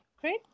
great